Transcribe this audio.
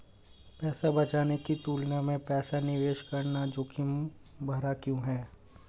पैसा बचाने की तुलना में पैसा निवेश करना जोखिम भरा क्यों है?